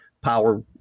power –